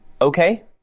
okay